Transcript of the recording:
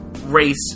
race